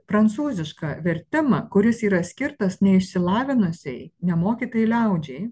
prancūzišką vertimą kuris yra skirtas neišsilavinusiai nemokytai liaudžiai